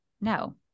no